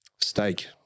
Steak